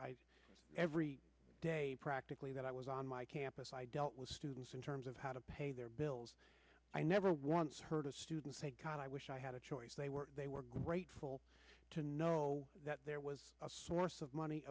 every day practically that i was on my campus i dealt with students in terms of how to pay their bills i never once heard a student i wish i had a choice they were they were grateful to know that there was a source of money